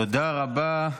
תודה רבה.